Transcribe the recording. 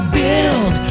build